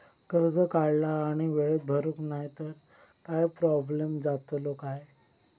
कर्ज काढला आणि वेळेत भरुक नाय तर काय प्रोब्लेम जातलो काय?